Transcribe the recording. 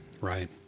Right